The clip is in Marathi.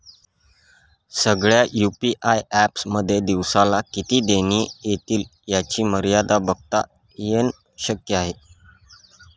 सगळ्या यू.पी.आय एप्स मध्ये दिवसाला किती देणी एतील याची मर्यादा बघता येन शक्य आहे